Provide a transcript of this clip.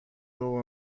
fill